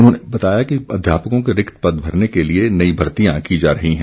उन्होंने बताया कि अध्यापकों के रिक्त पद भरने के लिए नई भर्तियां की जा रही हैं